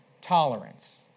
tolerance